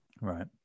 Right